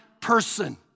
person